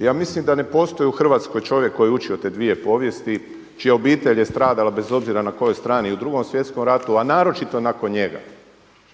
Ja mislim da ne postoji u Hrvatskoj čovjek koji je učio te dvije povijesti, čija obitelj je stradala bez obzira na kojoj strani i u Drugom svjetskom ratu a naročito nakon njega,